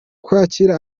kwakira